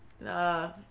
nah